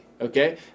okay